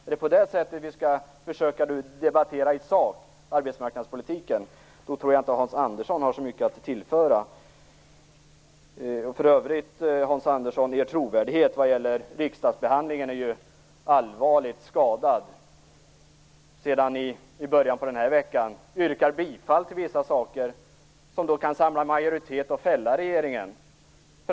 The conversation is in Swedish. Är det på det sättet som vi i sak skall försöka debattera arbetsmarknadspolitiken? Då tror jag inte att Hans Andersson har så mycket att tillföra. För övrigt, Hans Andersson, är er trovärdighet i fråga om riksdagsbehandlingen allvarligt skadad. I början på den här veckan yrkade ni bifall till vissa saker som kunde samla majoritet och fälla regeringen.